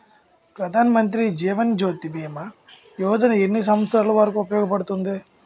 ప్రధాన్ మంత్రి జీవన్ జ్యోతి భీమా యోజన ఎన్ని సంవత్సారాలు వరకు ఉపయోగపడుతుంది?